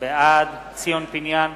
בעד ציון פיניאן,